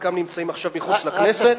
וחלקם נמצאים עכשיו מחוץ לכנסת.